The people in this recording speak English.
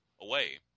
away